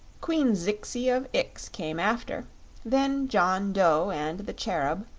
queen zixi of ix came after then john dough and the cherub,